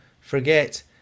forget